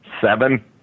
Seven